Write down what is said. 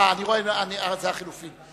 אה, אני רואה, זה לחלופין.